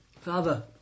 Father